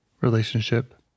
relationship